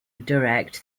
direct